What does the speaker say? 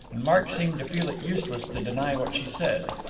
and mark seemed to feel it useless to deny what she said.